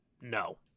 no